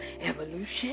Evolution